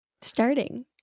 starting